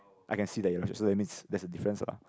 I can see that yours so that's means there's a difference ah